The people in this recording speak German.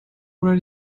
oder